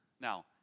Now